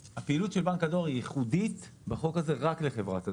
הפעילות של בנק הדואר בחוק הה היא ייחודית רק לחברת הדואר.